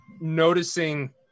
noticing